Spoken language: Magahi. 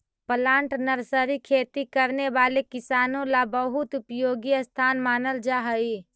प्लांट नर्सरी खेती करने वाले किसानों ला बहुत उपयोगी स्थान मानल जा हई